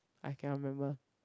I cannot remember